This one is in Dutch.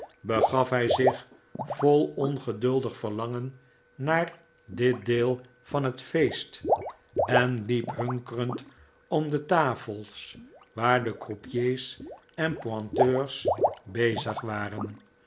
begaf hij zich vol ongeduldig verlangen naar dit deel van het feest en liep hunkerend om de tafels waar de croupiers en pointeurs bezig waren